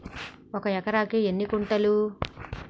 ఒక ఎకరానికి ఎన్ని గుంటలు?